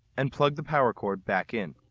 and plug the power cord back in.